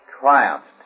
triumphed